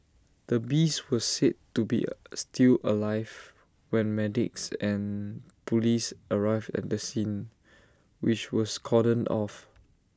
the beast was said to be still alive when medics and Police arrived at the scene which was cordoned off